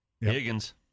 Higgins